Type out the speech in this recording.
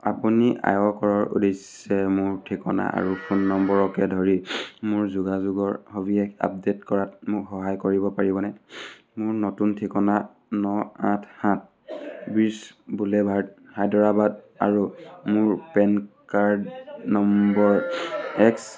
আপুনি আয়কৰৰ উদ্দেশ্যে মোৰ ঠিকনা আৰু ফোন নম্বৰকে ধৰি মোৰ যোগাযোগৰ সবিশেষ আপডেট কৰাত মোক সহায় কৰিব পাৰিবনে মোৰ নতুন ঠিকনা ন আঠ সাত বিৰ্চ বুলেভাৰ্ড হায়দৰাবাদ আৰু মোৰ পেন কাৰ্ড নম্বৰ এক্স